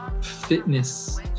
Fitness